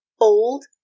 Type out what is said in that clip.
old